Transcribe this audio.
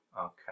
Okay